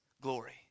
glory